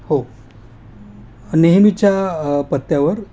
हो नेहमीच्या पत्त्यावर